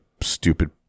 stupid